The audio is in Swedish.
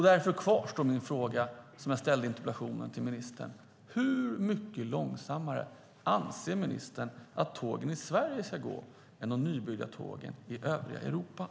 Därför kvarstår den fråga jag ställde till ministern i interpellationen: Hur mycket långsammare än de nybyggda tågen i övriga Europa anser ministern att tågen i Sverige ska gå?